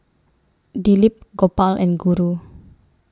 Dilip Gopal and Guru